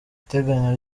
iteganya